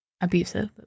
Abusive